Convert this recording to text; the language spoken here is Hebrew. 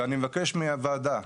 אני מבקש מהוועדה,